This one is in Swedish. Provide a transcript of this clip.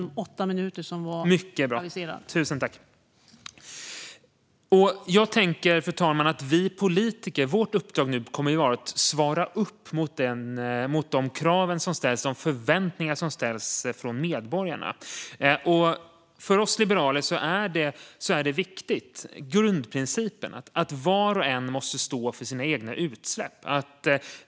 Vårt uppdrag för oss politiker kommer att vara att svara mot de krav och förväntningar som ställs från medborgarna. För oss liberaler är grundprincipen att var och en måste stå för sina egna utsläpp viktig.